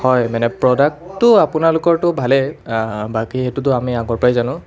হয় মানে প্ৰডাক্টটো আপোনালোকৰতো ভালেই বাকী সেইটোতো আমি আগৰ পৰাই জানো